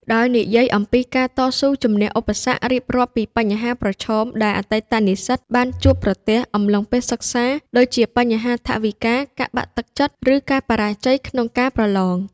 ដោយនិយាយអំពីការតស៊ូជំនះឧបសគ្គ រៀបរាប់ពីបញ្ហាប្រឈមដែលអតីតនិស្សិតបានជួបប្រទះអំឡុងពេលសិក្សា ដូចជាបញ្ហាថវិកា ការបាក់ទឹកចិត្ត ឬការបរាជ័យក្នុងការប្រឡង។